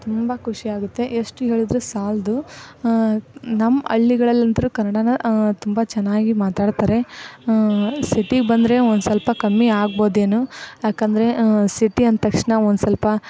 ತುಂಬ ಖುಷಿಯಾಗುತ್ತೆ ಎಷ್ಟು ಹೇಳಿದ್ರು ಸಾಲದು ನಮ್ಮ ಹಳ್ಳಿಗಳಲ್ಲಂತ್ರು ಕನ್ನಡಾನ ತುಂಬ ಚೆನ್ನಾಗಿ ಮಾತಾಡ್ತಾರೆ ಸಿಟಿಗೆ ಬಂದರೆ ಒಂದು ಸ್ವಲ್ಪ ಕಮ್ಮಿ ಆಗ್ಬೋದೇನೋ ಏಕಂದ್ರೆ ಸಿಟಿ ಅಂದ ತಕ್ಷಣ ಒಂದು ಸ್ವಲ್ಪ